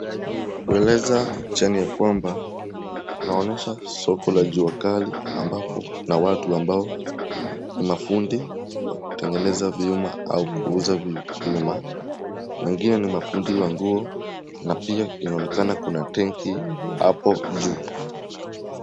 Hueleza picha ni kwamba unaonyesha soko la juakali ambapo kuna watu ambao ni mafundi wa kutengeneza vyuma au kuuza vyuma. Wengine ni mafundi wa nguo na pia inaonekana kuna tenki hapo juu.